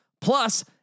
Plus